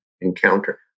encounter